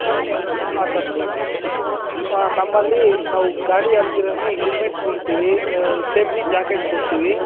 sir ಹಾಂ sir ಹಾಂ ನಮ್ಮಲ್ಲಿ ನಾವು ಗಾಡಿ ಅಲ್ದಿರ ಹೆಲ್ಮೆಟ್ ಕೊಡ್ತೀವಿ ಸೇಫ್ಟಿ ಜಾಕೆಟ್ ಕೊಡ್ತೀವಿ